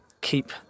keep